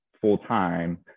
full-time